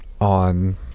on